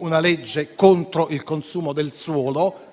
una legge contro il consumo del suolo,